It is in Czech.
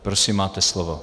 Prosím máte slovo.